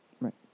Right